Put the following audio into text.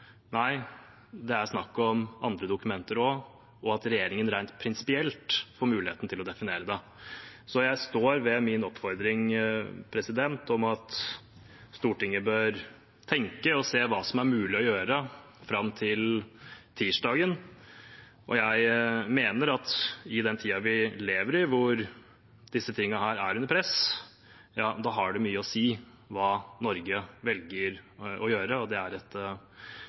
Nei, det er snakk om andre dokumenter også, og at regjeringen rent prinsipielt får muligheten til å definere det. Så jeg står ved min oppfordring om at Stortinget bør tenke seg om og se på hva som er mulig å gjøre, fram til tirsdag. Jeg mener også at i den tiden vi lever i, hvor disse tingene er under press, har det mye å si hva Norge velger å gjøre. Det er et